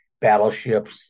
battleships